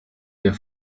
wir